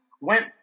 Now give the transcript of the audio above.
went